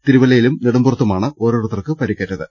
തിരുവല്ലയിലും നെടുമ്പുറത്തുമാണ് ഓരോരുത്തർക്ക് പരിക്കേ റ്റത്